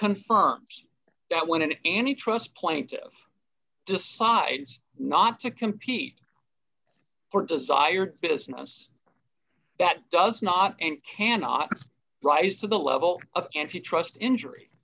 confirms that one and any trust point of decides not to compete for desired business that does not and cannot rise to the level of antitrust injury